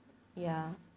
ya